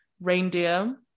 reindeer